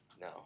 No